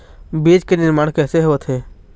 बीज के निर्माण कैसे होथे?